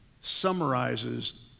summarizes